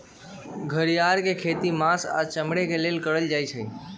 घरिआर के खेती मास आऽ चमड़े के लेल कएल जाइ छइ